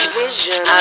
vision